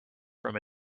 from